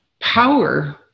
power